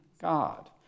God